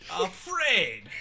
afraid